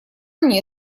мне